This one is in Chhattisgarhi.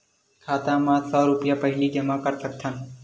खाता मा सौ रुपिया पहिली जमा कर सकथन?